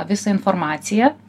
visą informaciją